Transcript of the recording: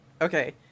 Okay